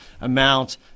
amount